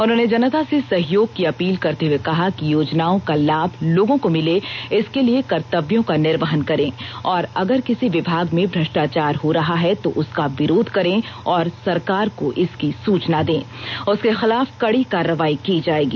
उन्होंने जनता से सहयोग की अपील करते हुए कहा कि योजनाओं का लाभ लोगों को मिले इसके लिए कर्तव्यों का निर्वहन करें और अगर किसी विभाग में भ्रष्टाचार हो रहा है तो उसका विरोध करें और सरकार को इसकी सूचना दें उसके खिलाफ कड़ी कार्रवाई की जाएगी